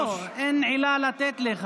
אם היה יועץ משפטי הגיוני,